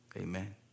Amen